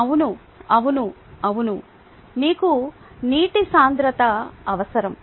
అవును అవును అవును మీకు నీటి సాంద్రత అవసరం